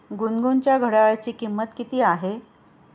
गुनगुनच्या घड्याळाची किंमत किती आहे?